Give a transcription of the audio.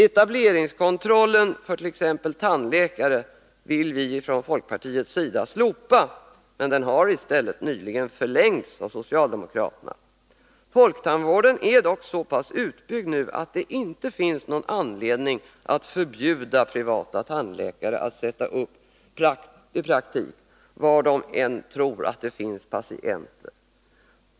Etableringskontrollen för exempelvis tandläkare vill vi från folkpartiets sida slopa, men den har i stället nyligen förlängts av socialdemokraterna. Folktandvården är dock så pass utbyggd nu, att det inte finns någon anledning att förbjuda privata tandläkare att sätta upp praktik varhelst de tror att det finns patienter.